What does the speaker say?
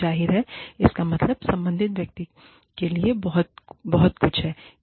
जाहिर है इसका मतलब संबंधित व्यक्ति के लिए बहुत कुछ है